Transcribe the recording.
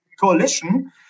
coalition